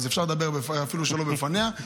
אז אפשר לדבר אפילו שלא בפניה,